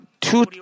two